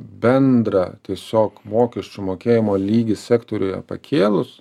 bendrą tiesiog mokesčių mokėjimo lygį sektoriuje pakėlus